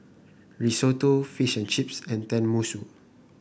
Risotto Fish and Chips and Tenmusu